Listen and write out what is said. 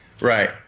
Right